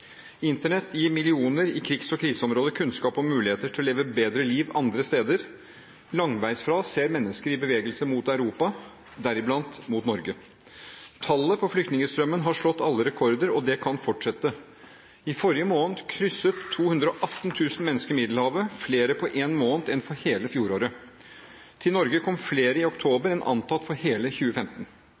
Internett gir millioner i krigs- og kriseområder kunnskap om muligheter til å leve bedre liv andre steder. Langveis fra ser mennesker i bevegelse mot Europa, deriblant mot Norge. Tallene i flyktningstrømmen har slått alle rekorder, og det kan fortsette. I forrige måned krysset 218 000 mennesker Middelhavet, flere på en måned enn hele fjoråret. Til Norge kom flere i oktober enn antatt for hele 2015.